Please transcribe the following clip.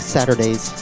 Saturdays